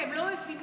הם לא מבינים.